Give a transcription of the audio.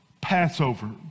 Passover